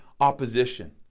opposition